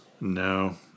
No